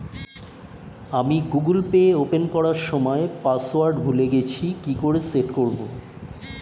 আমি Google Pay open করার সময় পাসওয়ার্ড ভুলে গেছি কি করে সেট করব?